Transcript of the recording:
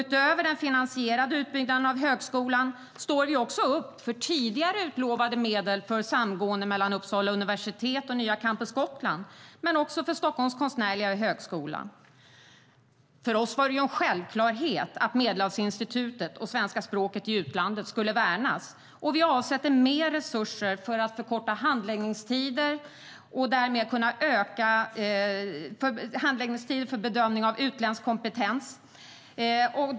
Utöver den finansierade utbyggnaden av högskolan står vi upp för tidigare utlovade medel för ett samgående mellan Uppsala universitet och nya Campus Gotland, men också för Stockholms konstnärliga högskola. För oss var det en självklarhet att Medelhavsinstitutet och svenska språket i utlandet skulle värnas.